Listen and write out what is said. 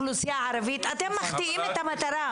באוכלוסייה הערבית אתם מחטיאים את המטרה.